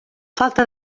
falta